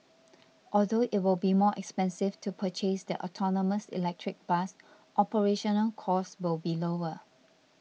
although it will be more expensive to purchase the autonomous electric bus operational costs will be lower